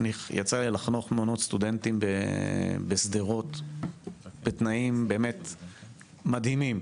יצא לי לחנוך מעונות סטודנטים בשדרות בתנאים באמת מדהימים,